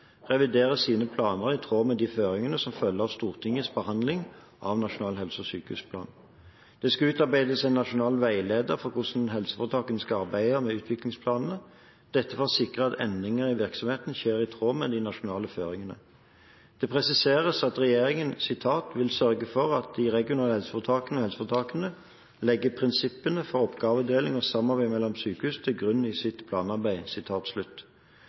reviderer sine planer i tråd med de føringene som følger av Stortingets behandling av Nasjonal helse- og sykehusplan. Det skal utarbeides en nasjonal veileder for hvordan helseforetakene skal arbeide med utviklingsplanene, dette for å sikre at endringer i virksomheten skjer i tråd med de nasjonale føringene. Det presiseres at regjeringen vil «sørge for at de regionale helseforetakene og helseforetakene legger prinsippene for oppgavedeling og samarbeid mellom sykehusene til grunn i sitt planarbeid».